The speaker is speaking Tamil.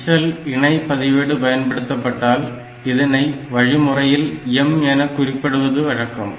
HL இணை பதிவேடு பயன்படுத்தப்பட்டால் இதனை வழிமுறையில் M என குறிப்பிடுவது வழக்கம்